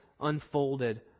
unfolded